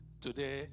Today